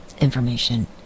information